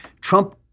Trump